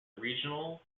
regional